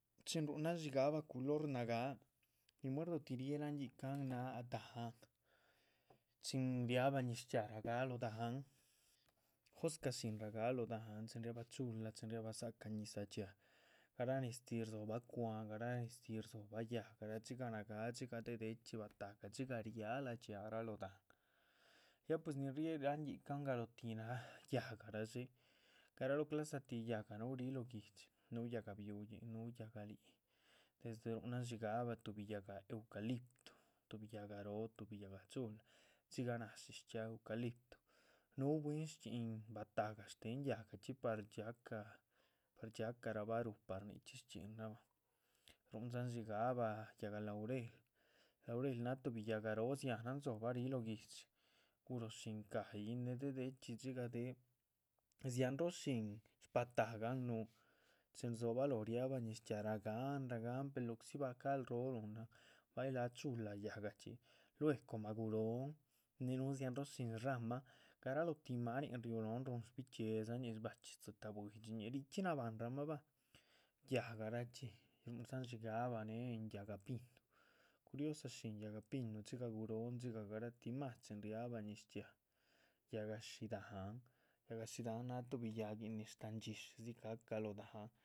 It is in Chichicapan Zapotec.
Chin ruhunahn dxíigahba culor nagáa nin muerdotih riéhe láhan yíhcan, náha dahán chin riahba ñiz chxiaa lóho dahán joscáh shín ragáa lóho dahán chin riahbah chula. chin riahbah dza´cah ñizah dhxiáa garanez tihrdzobah cwa´han garanestih rdzo´bah yáhga dxigah nagáa dxigah dxigah de´dechxi batahga dxigah ria´lah dxiáac ya pues. nin riéhe láhan yíhcan galotih náha yáhgaraa dxé garaóoh clasa tih yáhga núh ríh lóh guihdxi núhu yáhga biuyihn núhu yáhga líhic desde rúhunan dxíigahba tuhbi yáhga. eucalipto, tuhbi yáhga róh tuhbi yáhga chula, dxigah náshi shchxíaa eucalipto, núhu bwín shchxín batahga shtéhen yáhgachxi par dxiahcam, par dxiahca rabha rúh. par nichxí shchxínrabahn ruhundzan dxíigahba yáhga laurel, laurel náh tuhbi yáhga róh dzihánan dzobah ríh lóh guihdxi guroh shíncayihn, de´dechxi dxigah déhec, dzianróoh shin. shbatahgan núhu chin rdzobalóho riabah ñiz chxiaa ragáan ragáan pero lo´tzi, bacahl róh ruhunahn baylah chula yáhga chxí lue´ coma guróhon né núh dxianróh shín shramahan. garalohtih máanin riúh lóhon rúhun shbichxíedzañi shbachxí dzitáh buidxi néh richxí nabanramah bah yáhgarachxi rúhuhndzan dxíigahba née en yáhga pinu curiosa shín yáhga. pinu dxigah guróhon dxigah garatí más chin riabah ñiz chxiaa yáhga shí dáhan, yáhga shí dáhan náha tuhbi yáhguin nin sh´tahan dxíshidzi ca´cah lóh dahán